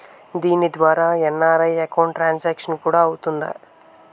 దీని ద్వారా NRI account transaction కూడా అవుతుందా?